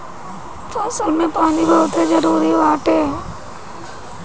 फसल में पानी बहुते जरुरी बाटे